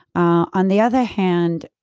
ah on the other hand,